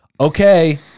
okay